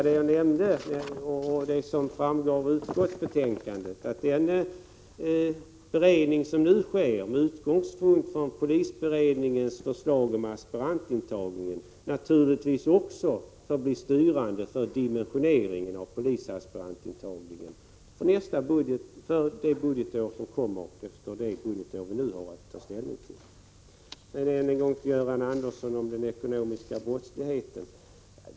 Det framgår av utskottets betänkande att den beredning som nu sker med utgångspunkt från polisberedningens förslag om aspirantintagning naturligtvis också får bli styrande för dimensioneringen av polisaspirantintagningen för det budgetår som följer på det budgetår vi nu har att ta ställning till. Sedan än en gång till Göran Ericsson om den ekonomiska brottsligheten.